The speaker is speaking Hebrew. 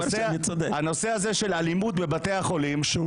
הנושא של אלימות בבתי החולים -- כשהוא